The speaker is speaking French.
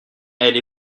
elle